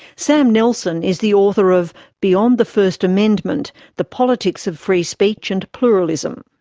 sam nelson is the author of beyond the first amendment the politics of free speech and pluralism.